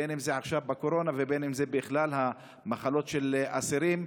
בין שזה עכשיו בקורונה ובין שזה בכלל המחלות של אסירים,